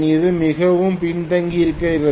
அது மிகவும் பின்தங்கியிருக்கிறது